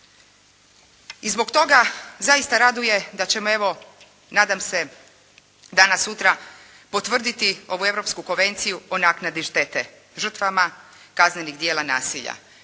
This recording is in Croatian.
I zbog toga, zaista raduje da ćemo evo, nadam se danas-sutra potvrditi ovu Europsku konvenciju o naknadi štete žrtvama kaznenih djela nasilja.